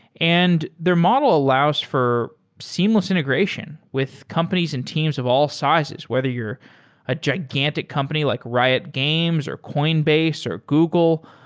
and their model allows for seamless integration with companies and teams of all sizes. whether you're a gigantic company like riot games, or coinbase, or google,